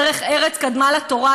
דרך ארץ קדמה לתורה.